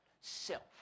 Self